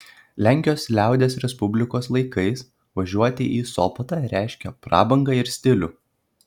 lenkijos liaudies respublikos laikais važiuoti į sopotą reiškė prabangą ir stilių